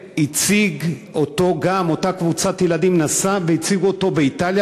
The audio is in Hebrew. ואותה קבוצת ילדים נסעה והציגה אותו באיטליה